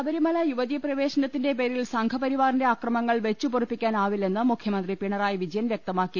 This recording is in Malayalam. ശബരിമല യുവതീ പ്രവേശനത്തിന്റെ പേരിൽ സംഘ്പരിവാറിന്റെ അക്ര മങ്ങൾ വെച്ച് പൊറുപ്പിക്കാനാവില്ലെന്ന് മുഖ്യമന്ത്രി പിണറായി വിജയൻ വൃക്തമാക്കി